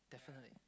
definitely